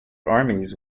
armies